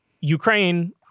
Ukraine